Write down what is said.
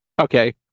Okay